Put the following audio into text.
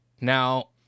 Now